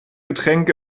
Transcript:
getränk